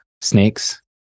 snakes